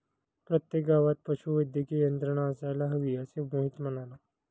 प्रत्येक गावात पशुवैद्यकीय यंत्रणा असायला हवी, असे मोहित म्हणाला